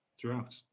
throughout